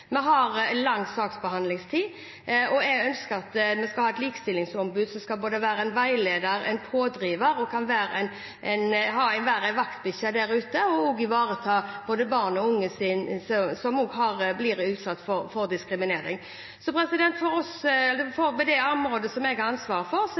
Vi har lang saksbehandlingstid, og jeg ønsker at vi skal ha et likestillingsombud som skal være både en veileder og en pådriver, som kan være en vaktbikkje der ute, og ivareta både barn og unge som blir utsatt for diskriminering. På det området jeg har ansvaret for,